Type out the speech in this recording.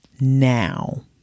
now